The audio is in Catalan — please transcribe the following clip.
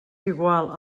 igual